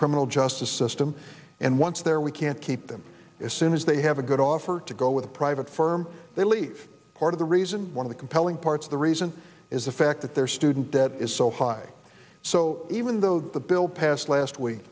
criminal justice system and once there we can't keep them as soon as they have a good offer to go with a private firm they leave part of the reason one of the compelling parts of the reason is the fact that their student debt is so high so even though the bill passed last week